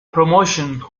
promotion